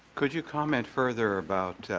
could you comment further about